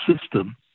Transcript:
system